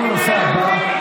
התשפ"ב 2022,